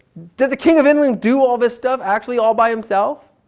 did the king of england do all this stuff actually all by himself?